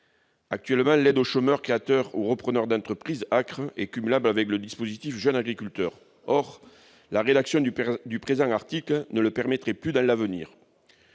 Actuellement, l'aide aux chômeurs créateurs ou repreneurs d'entreprises, l'ACCRE, est cumulable avec le dispositif « jeunes agriculteurs ». Or la rédaction du présent article ne le permettrait plus dans l'avenir.